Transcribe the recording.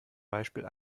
beispiel